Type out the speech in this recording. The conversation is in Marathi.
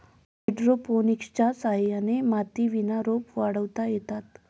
हायड्रोपोनिक्सच्या सहाय्याने मातीविना रोपं वाढवता येतात